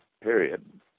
period